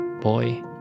boy